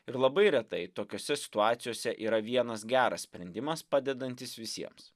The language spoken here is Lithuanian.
ir labai retai tokiose situacijose yra vienas geras sprendimas padedantis visiems